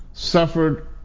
Suffered